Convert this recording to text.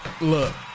Look